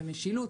התייחס למשילות,